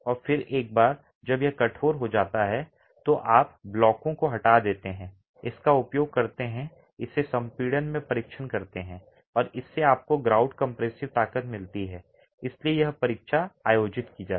और फिर एक बार जब यह कठोर हो जाता है तो आप ब्लॉकों को हटा देते हैं इसका उपयोग करते हैं इसे संपीड़न में परीक्षण करते हैं और इससे आपको ग्राउट कम्प्रेसिव ताकत मिलती है इसलिए यह परीक्षा आयोजित की जाती है